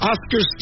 Oscar